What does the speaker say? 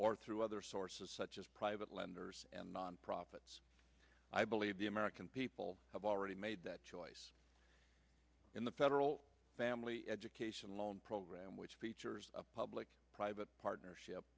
or through other sources such as private lenders and nonprofits i believe the american people have already made that choice in the federal family education loan program which features a public private partnership